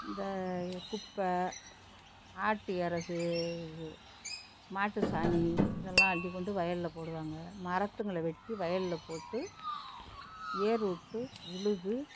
இந்த குப்பை ஆட்டு இறகு இது மாட்டு சாணி இதெல்லாம் அள்ளிக்கொண்டு வயலில் போடுவாங்க மரத்துங்களை வெட்டி வயலில் போட்டு ஏரு விட்டு உழுது